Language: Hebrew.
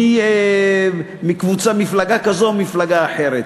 מי ממפלגה כזו או מפלגה אחרת.